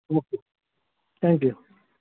okay thank you